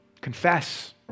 Confess